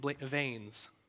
veins